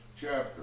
chapter